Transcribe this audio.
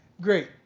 great